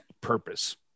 purpose